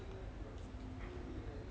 eh haven't lah